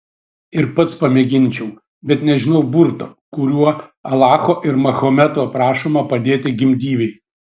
ir pats pamėginčiau bet nežinau burto kuriuo alacho ir mahometo prašoma padėti gimdyvei